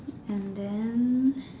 and then